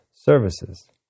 services